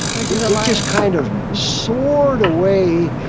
but it like just kind of soared away.